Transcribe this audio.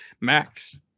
max